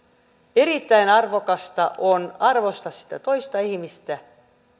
erittäin arvokasta on arvostaa sitä toista ihmistä